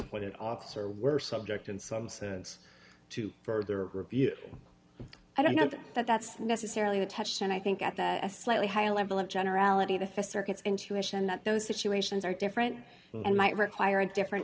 it officer were subject in some sense to further review i don't know that that's necessarily a touchstone i think at that a slightly higher level of generality the fessor gets intuition that those situations are different and might require a different